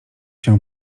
się